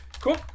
cool